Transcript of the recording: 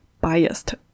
biased